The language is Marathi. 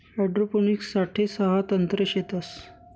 हाइड्रोपोनिक्स साठे सहा तंत्रे शेतस